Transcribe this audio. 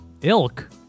Ilk